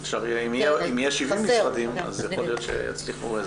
אם יהיו 70 משרדים אז יכול להיות שיצליחו...